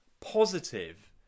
positive